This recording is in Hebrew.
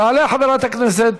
תעלה חברת הכנסת